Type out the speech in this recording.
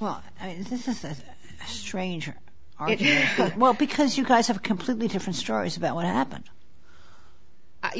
a strange well because you guys have completely different stories about what happened